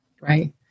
Right